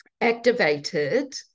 activated